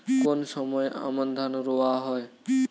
কোন সময় আমন ধান রোয়া হয়?